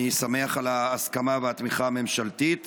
אני שמח על ההסכמה והתמיכה הממשלתית